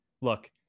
Look